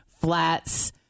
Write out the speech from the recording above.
flats